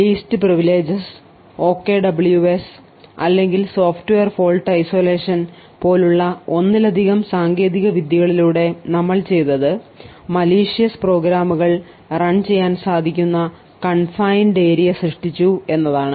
least privileges OKWS അല്ലെങ്കിൽ software fault isolation പോലുള്ള ഒന്നിലധികം സാങ്കേതിക വിദ്യകളിലൂടെ നമ്മൾ ചെയ്തത് മലീഷ്യസ് പ്രോഗ്രാമുകൾ റൺ ചെയ്യാൻ സാധിക്കുന്ന കൺഫൈൻഡ് ഏരിയ സൃഷ്ടിച്ചു എന്നതാണ്